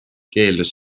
keeldus